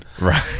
Right